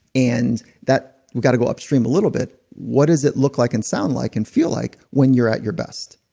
and that, you gotta go upstream a little bit. what does it look like and sound like and feel like when you're at your best.